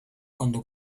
cuando